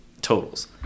totals